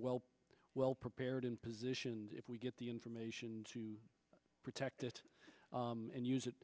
well well prepared in positions if we get the information to protect it and use it